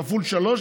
כפול שלוש,